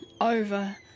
over